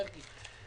מרגי,